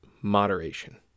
moderation